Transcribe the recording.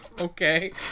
Okay